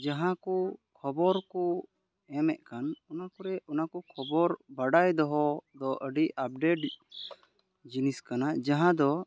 ᱡᱟᱦᱟᱸ ᱠᱚ ᱠᱷᱚᱵᱚᱨ ᱠᱚ ᱮᱢᱮᱫ ᱠᱟᱱ ᱚᱱᱟ ᱠᱚᱨᱮ ᱚᱱᱟ ᱠᱚ ᱠᱷᱚᱵᱚᱨ ᱵᱟᱰᱟᱭ ᱫᱚᱦᱚ ᱫᱚ ᱟᱹᱰᱤ ᱟᱯᱰᱮᱹᱴ ᱡᱤᱱᱤᱥ ᱠᱟᱱᱟ ᱡᱟᱦᱟᱸ ᱫᱚ